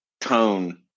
tone